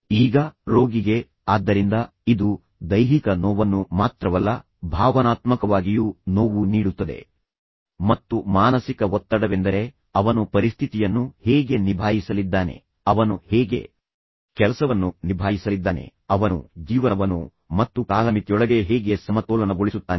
ಈಗ ರೋಗಿಗೆ ಆದ್ದರಿಂದ ಇದು ದೈಹಿಕ ನೋವನ್ನು ಮಾತ್ರವಲ್ಲ ಭಾವನಾತ್ಮಕವಾಗಿಯೂ ನೋವು ನೀಡುತ್ತದೆ ಮತ್ತು ಮಾನಸಿಕ ಒತ್ತಡವೆಂದರೆ ಅವನು ಪರಿಸ್ಥಿತಿಯನ್ನು ಹೇಗೆ ನಿಭಾಯಿಸಲಿದ್ದಾನೆ ಅವನು ಹೇಗೆ ಕೆಲಸವನ್ನು ನಿಭಾಯಿಸಲಿದ್ದಾನೆ ಅವನು ಜೀವನವನ್ನು ಮತ್ತು ಕಾಲಮಿತಿಯೊಳಗೆ ಹೇಗೆ ಸಮತೋಲನಗೊಳಿಸುತ್ತಾನೆ